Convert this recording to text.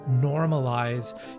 normalize